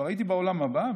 כבר הייתי בעולם הבא,